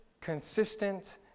consistent